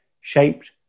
shaped